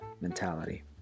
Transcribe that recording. mentality